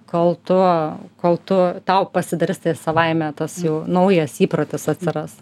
kol tu kol tu tau pasidarys tai savaime tas jau naujas įprotis atsiras